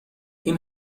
این